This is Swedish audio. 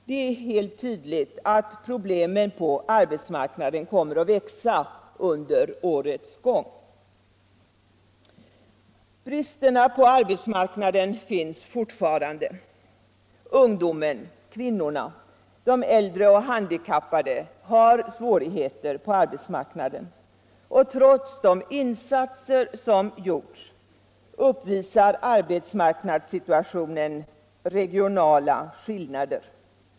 Det är helt tydligt att problemen på arbetsmarknaden kommer att växa under årets gång. Bristerna på arbetsmarknaden finns fortfarande. Ungdomen, kvinnorna, de äldre och de handikappade har svårigheter på arbetsmarknaden. Trots de insatser som gjorts uppvisar arbetsmarknadssituationen också regionala skillnader.